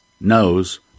knows